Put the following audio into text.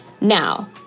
Now